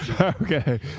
Okay